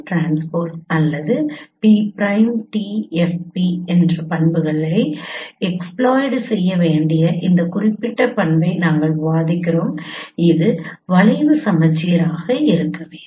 PT அல்லது P'TFP என்ற பண்புகளை எக்ஸ்பிலாய்டு செய்ய வேண்டிய இந்த குறிப்பிட்ட பண்பை நாங்கள் விவாதிக்கிறோம் அது வளைவு சமச்சீராக இருக்க வேண்டும்